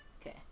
Okay